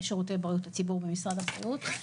שירותי בריאות הציבור במשרד הבריאות.